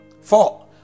Four